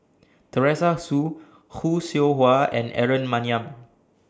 Teresa Hsu Khoo Seow Hwa and Aaron Maniam